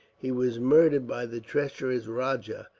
he was murdered, by the treacherous rajah,